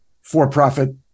for-profit